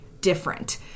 different